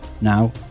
Now